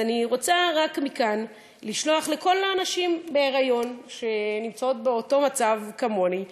אז אני רוצה לשלוח מכאן לכל הנשים בהיריון שנמצאות באותו מצב כמוני,